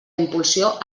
impulsió